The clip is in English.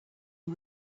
who